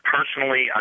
Personally